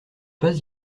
pas